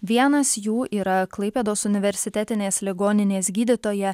vienas jų yra klaipėdos universitetinės ligoninės gydytoja